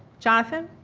jonathan.